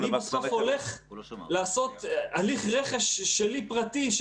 בסוף אני הולך לעשות הליך רכש שלי פרטי,